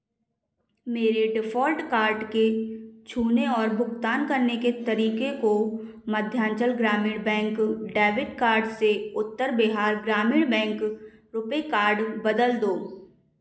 मेरे default card के छूने और भुगतान करने के तरीके को Madhyanchal Gramin bank debit card से उत्तर बिहार ग्रामीण बैंक रुपे कार्ड बदल दो